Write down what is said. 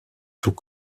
tout